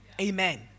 amen